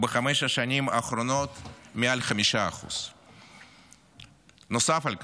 ובחמש השנים האחרונות, מעל 5%. נוסף על כך,